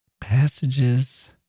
passages